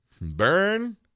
Burn